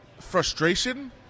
frustration